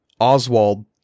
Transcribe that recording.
Oswald